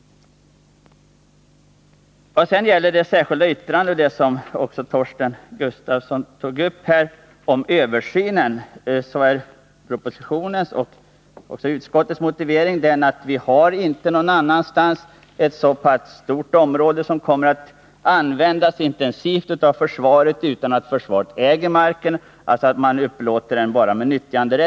Torsten Gustafsson tog också upp det särskilda yttrandet om översynen. Propositionens och utskottsmajoritetens motivering för översynen är denna: Vi har ingen annanstans ett så stort område som kommer att användas intensivt av försvaret utan att försvaret äger marken. Den upplåts alltså med nyttjanderätt.